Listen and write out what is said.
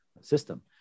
system